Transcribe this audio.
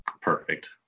Perfect